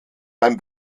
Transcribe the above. beim